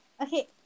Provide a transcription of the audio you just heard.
okay